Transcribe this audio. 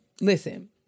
listen